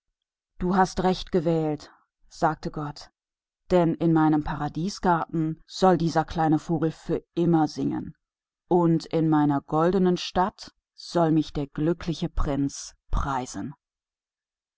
du hast recht gewählt sagte gott denn in meinem paradiesgarten wird dieser kleine vogel für alle zeiten singen und in meiner goldenen stadt wird der glückliche prinz